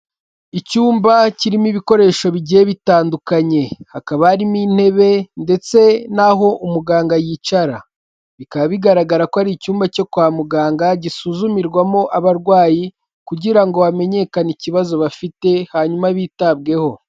Icyumba kirimo ibikoresho bigiye bitandukanye. Hakaba harimo intebe ndetse n'aho umuganga yicara. Bikaba bigaragara ko ari icyumba cyo kwa muganga, gisuzumirwamo abarwayi kugira ngo hamenyekane ikibazo bafite hanyuma bitabweho.